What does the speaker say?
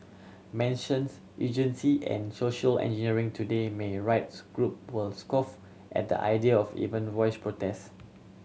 mentions and social engineering today may rights group would scoff at the idea of even voice protest